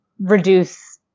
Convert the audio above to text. reduce